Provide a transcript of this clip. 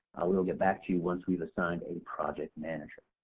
we'll get back to you once we've assigned a project manager.